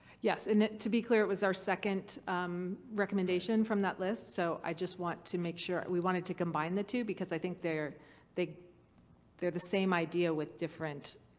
yes and to be clear, it was our second recommendation from that list. so i just want to make sure. we wanted to combine the two, because i think they're think they're the same idea with different,